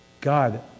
God